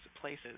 places